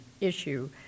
issue